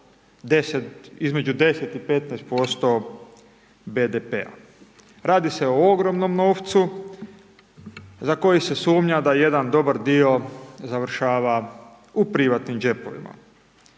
između 10 i 15% BDP-a. Radi se o ogromnom novcu za koji se sumnja da jedan dobar dio završava u privatnim džepovima.